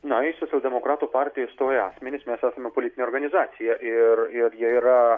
na į socialdemokratų partiją įstoję asmenys mes esame politinė organizacija ir jie yra